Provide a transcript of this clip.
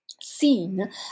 seen